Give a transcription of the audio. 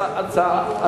נגד?